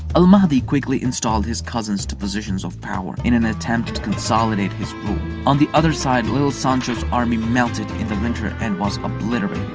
al-mahdi quickly installed his cousins to positions of power in an attempt to consolidate his rule. on the other side, little sancho's army melted in the winter and was obliterated.